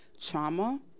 trauma